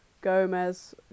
Gomez